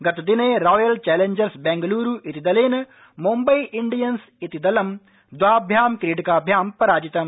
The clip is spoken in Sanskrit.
गतदिने रायल चैलंजर्स बेंगुल्रू इति दलेन मुम्बई इण्डियंस दलं द्राभ्यां क्रीडकाभ्यां पराजितम्